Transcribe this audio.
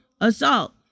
assault